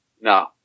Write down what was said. no